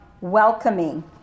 welcoming